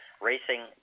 racing